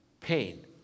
pain